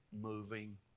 moving